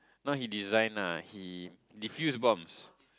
not he design lah he defuse bombs